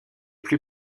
plus